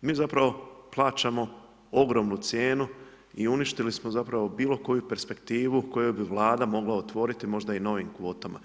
mi zapravo plaćamo ogromnu cijenu i uništili smo zapravo bilo koju perspektivu koju bi Vlada mogla otvoriti možda i novim kvotama.